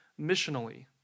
missionally